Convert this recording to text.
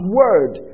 word